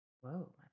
Whoa